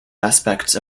aspects